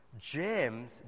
James